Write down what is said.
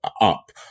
up